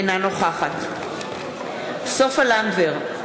אינה נוכחת סופה לנדבר,